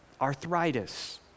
arthritis